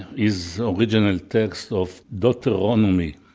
is original text of deuteronomy.